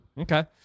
Okay